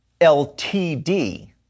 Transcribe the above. LTD